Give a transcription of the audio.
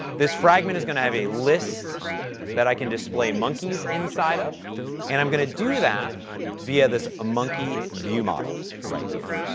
this fragment is going to have a list that i can display monkeys inside of and i'm going to do that via this ah monkey view model right here.